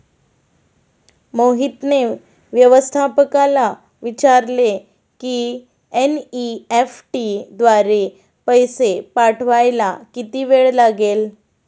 मोहितने व्यवस्थापकाला विचारले की एन.ई.एफ.टी द्वारे पैसे पाठवायला किती वेळ लागेल